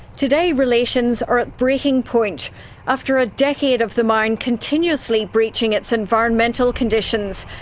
today relations are at breaking point after a decade of the mine continuously breaching its environmental conditions,